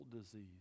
disease